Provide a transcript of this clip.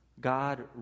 God